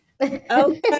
Okay